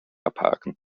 abhaken